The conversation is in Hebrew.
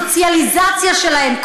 הסוציאליזציה שלהם,